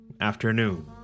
Afternoon